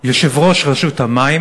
יושב-ראש רשות המים